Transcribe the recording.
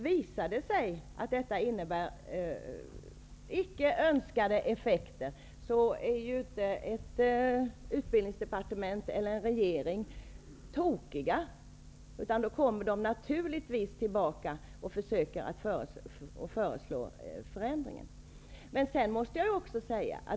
Visar det sig att det innebär icke önskade effekter är inte utbildningsdepartementet eller regeringen tokiga, utan då kommer de naturligtvis tillbaka och föreslår förändringar.